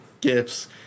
gifts